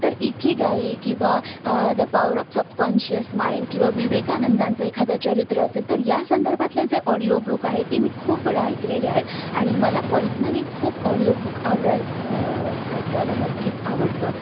तर इखीगाई किंवा the power of subconscious mind किंवा विवेकानंदांचं एखादं चरित्र असेल तर या संदर्भातले जे ऑडिओबुक आहे ते मी खूप वेळा ऐकलेले आहेत आणि मला पर्सनली खूप ऑडिओबुक आवडायला ऐकायला नक्कीच आवडतं